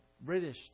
British